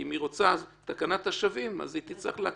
אם היא רוצה תקנת השבים, היא תצטרך להקים.